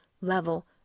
level